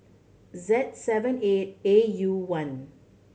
Z seven eight A U one